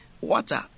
water